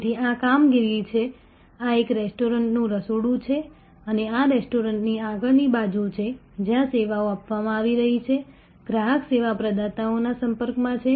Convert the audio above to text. તેથી આ કામગીરી છે આ એક રેસ્ટોરન્ટનું રસોડું છે અને આ રેસ્ટોરન્ટની આગળની બાજુ છે જ્યાં સેવાઓ આપવામાં આવી રહી છે ગ્રાહક સેવા પ્રદાતાઓના સંપર્કમાં છે